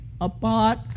apart